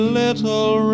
little